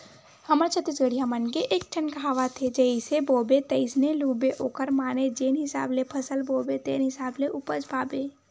हमर छत्तीसगढ़िया मन के एकठन कहावत हे जइसे बोबे तइसने लूबे ओखर माने जेन हिसाब ले फसल बोबे तेन हिसाब ले उपज पाबे